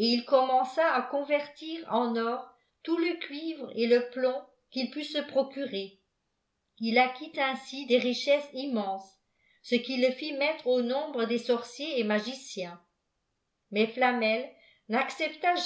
et il commençaà convertir en or tout le cuivre et le plomb qu'il put se procurer il acquit ainsi des richesses immenses ce qui le fît mettre au nombre des sorciers et magiciens mais flamel n'accepta